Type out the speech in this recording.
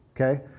Okay